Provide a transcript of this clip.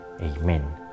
Amen